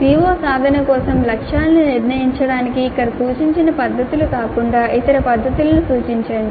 CO సాధన కోసం లక్ష్యాలను నిర్ణయించడానికి ఇక్కడ సూచించిన పద్ధతులు కాకుండా ఇతర పద్ధతులను సూచించండి